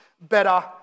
better